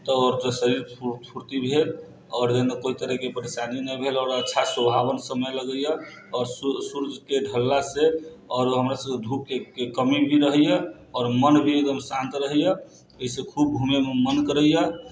तऽ शरीरके आओर फूर्ति भी है आओर नहि कोइ तरहके परेशानी नहि भेल आओर अच्छा सुहावन समय लगैया आओर सूर्यके ढललासँ हमरा सभके धूपके कमी भी रहैया आओर मन भी एकदम शान्त रहैया एहिसँ खूब घुमैके मन करैया